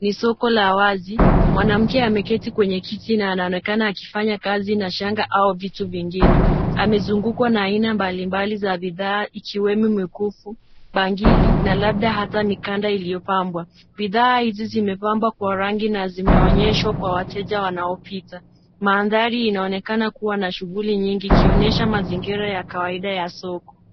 Ni soko la wazi, mwanamke ameketi kwenye kiti na anaonekana akifanya kazi na shanga au vitu vingine. Amezungukwa na aina mbalimbali za bidhaa ikiwemo mikufu, bangili na labda ata mikanda iliyopambwa. Bidhaa izi zimepambwa kwa rangi na zimeonyeshwa kwa wateja wanaopita. Mandhari inaonekana kuwa na shughuli nyingi ikionyesha mazingira ya kawaida ya soko.